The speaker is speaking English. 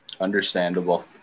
understandable